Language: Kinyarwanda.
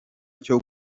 cyo